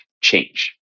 change